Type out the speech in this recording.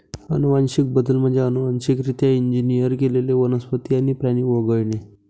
अनुवांशिक बदल म्हणजे अनुवांशिकरित्या इंजिनियर केलेले वनस्पती आणि प्राणी वगळणे